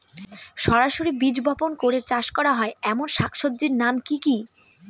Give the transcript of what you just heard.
সরাসরি বীজ বপন করে চাষ করা হয় এমন শাকসবজির নাম কি কী?